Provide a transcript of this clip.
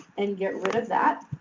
and get rid of that.